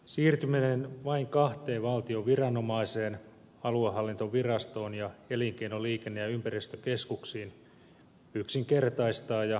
siirtyminen vain kahteen valtion viranomaiseen aluehallintovirastoon ja elinkeino liikenne ja ympäristökeskuksiin yksinkertaistaa ja virtaviivaistaa hallintoa